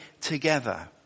together